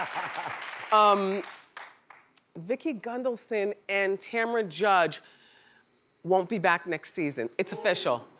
um vicki gunvalson and tamra judge won't be back next season, it's official.